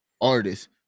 artist